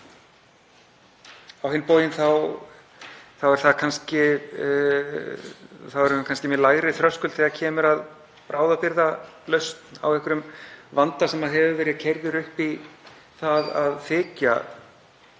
á hinn bóginn þá erum við kannski með lægri þröskuld þegar kemur að bráðabirgðalausn á einhverjum vanda sem hefur verið keyrður upp í það að þykja